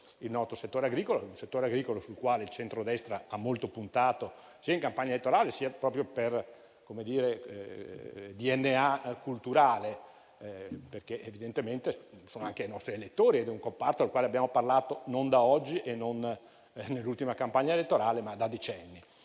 il nostro settore agricolo, sul quale il centrodestra ha molto puntato sia in campagna elettorale, sia per DNA culturale, perché evidentemente sono anche i nostri elettori. È un comparto del quale abbiamo parlato non da oggi e non nell'ultima campagna elettorale, ma da decenni.